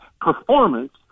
performance